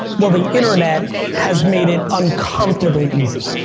well, the internet has made it uncomfortably easy.